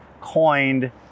coined